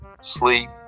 sleep